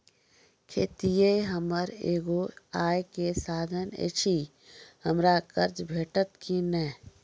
खेतीये हमर एगो आय के साधन ऐछि, हमरा कर्ज भेटतै कि नै?